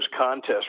contests